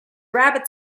rabbit